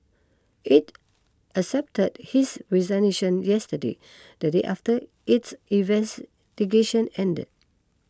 it accepted his resignation yesterday the day after its investigation ended